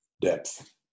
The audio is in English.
Depth